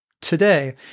today